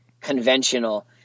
conventional